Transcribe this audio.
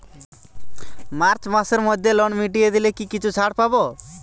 March মাসের মধ্যে loan মিটিয়ে দিলে কি কিছু ছাড় পাব?